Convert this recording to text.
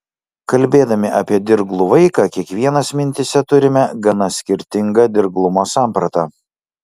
kalbėdami apie dirglų vaiką kiekvienas mintyse turime gana skirtingą dirglumo sampratą